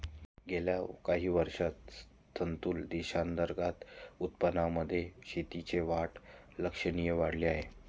गेल्या काही वर्षांत स्थूल देशांतर्गत उत्पादनामध्ये शेतीचा वाटा लक्षणीय वाढला आहे